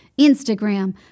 Instagram